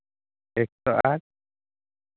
ᱮᱠᱥᱚ ᱟᱴ